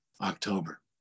October